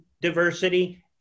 diversity